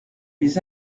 les